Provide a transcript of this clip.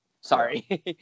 sorry